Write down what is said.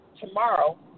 tomorrow